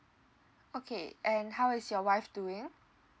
okay and how is your wife doing